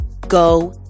go